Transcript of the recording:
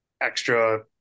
extra